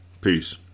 Peace